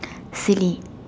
silly